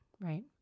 Right